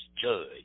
judge